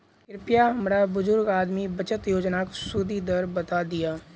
कृपया हमरा बुजुर्ग आदमी बचत योजनाक सुदि दर बता दियऽ